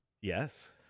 Yes